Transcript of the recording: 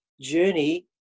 journey